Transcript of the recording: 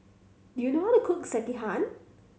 do you know how to cook Sekihan